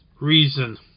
reason